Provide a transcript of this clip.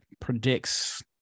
predicts